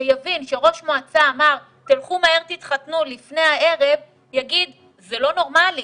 שיבין שכשראש מועצה אמר שתלכו מהר תתחתנו לפני הערב יגיד: זה לא נורמלי,